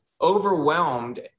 overwhelmed